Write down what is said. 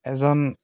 এজন